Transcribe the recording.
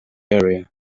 area